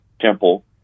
temple